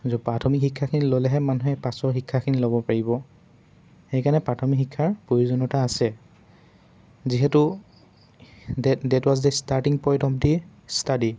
য'ত প্ৰাথমিক শিক্ষাখিনি ল'লেহে মানুহে পাছৰ শিক্ষাখিনি ল'ব পাৰিব সেইকাৰণে প্ৰাথমিক শিক্ষাৰ প্ৰয়োজনীয়তা আছে যিহেতু that was the starting point of the study